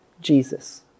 Jesus